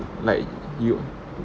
like you